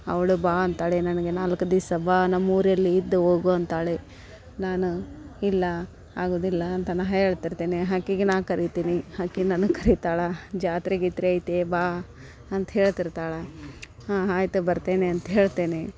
ಅವಳು ಬಾ ಅಂತಾಳೆ ನನಗೆ ನಾಲ್ಕು ದಿವ್ಸ ಬಾ ನಮ್ಮ ಊರಲ್ಲಿ ಇದ್ದು ಹೋಗು ಅಂತಾಳೆ ನಾನು ಇಲ್ಲ ಆಗುವುದಿಲ್ಲ ಅಂತ ನಾನು ಹೇಳ್ತಿರ್ತೇನೆ ಆಕಿಗೆ ನಾನು ಕರೀತೀನಿ ಆಕಿ ನನಗೆ ಕರೀತಾಳೆ ಜಾತ್ರೆ ಗೀತ್ರೆ ಐತೆ ಬಾ ಅಂತ ಹೇಳ್ತಿರ್ತಾಳೆ ಹಾಂ ಆಯ್ತು ಬರ್ತೇನೆ ಅಂತ ಹೇಳ್ತೇನೆ